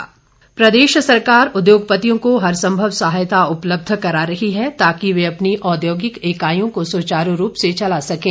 Himachal Pradesh COVID प्रदेश सरकार उद्योगपतियों को हरसंभव सहायता उपलब्ध करा रही है ताकि वे अपनी औद्योगिक इकाइयों को सुचारू रूप से चला सकें